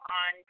on